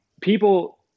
people